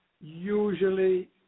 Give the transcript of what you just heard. usually